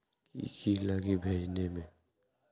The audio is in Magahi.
की की लगी भेजने में?